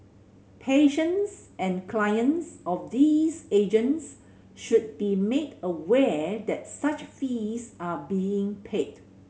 patients and clients of these agents should be made aware that such fees are being paid